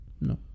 No